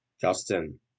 Justin